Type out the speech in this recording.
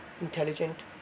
intelligent